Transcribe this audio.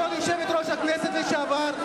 בתור יושבת-ראש הכנסת לשעבר,